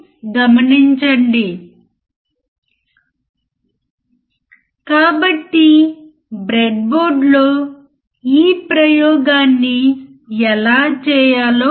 కానీ ఆ అవుట్పుట్ ఒక సమయంలో క్లిప్ అవుతుంది ఇది బయాస్ వోల్టేజ్ కంటే ఎక్కువ ఉన్న సందర్భంలో